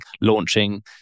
launching